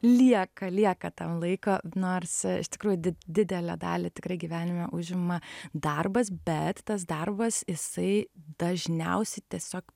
lieka lieka tam laiko nors iš tikrųjų di didelę dalį tikrai gyvenime užima darbas bet tas darbas jisai dažniausiai tiesiog